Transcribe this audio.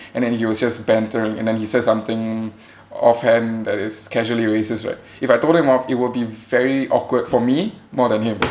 and then he was just bantering and then he says something offhand that is casually racist right if I told him off it will be very awkward for me more than him